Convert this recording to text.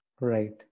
Right